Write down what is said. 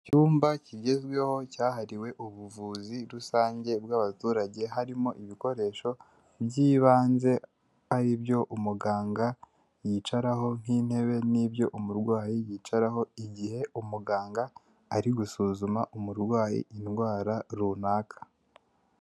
Icyumba kigezweho cyahariwe ubuvuzi rusange bw'abaturage harimo ibikoresho by'ibanze aribyo umuganga yicaraho nk'intebe n'ibyo umurwayi yicaraho igihe umuganga ari gusuzuma umurwayi indwara runaka.